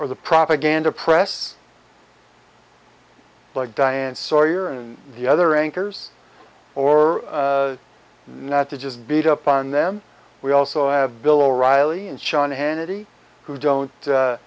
or the propaganda press like diane sawyer and the other anchors or not to just beat up on them we also have bill o'reilly and sean hannity who don't